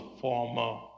former